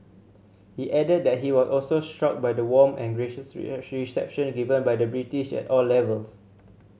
he added that he was also struck by the warm and gracious reception given by the British at all levels